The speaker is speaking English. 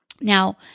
Now